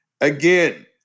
Again